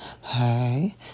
hey